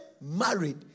married